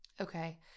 Okay